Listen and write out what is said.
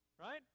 right